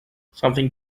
something